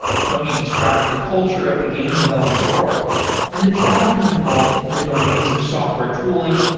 tony describes the culture of the game development world and the challenges involved in the domains of software tooling,